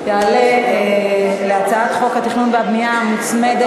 יעלה להציג את הצעת חוק התכנון והבנייה (תיקון,